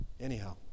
anyhow